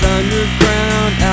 Underground